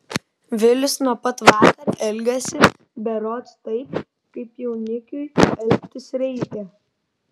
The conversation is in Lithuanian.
vilius nuo pat vakar elgiasi berods taip kaip jaunikiui elgtis reikia